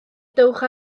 dowch